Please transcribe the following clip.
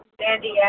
Sandy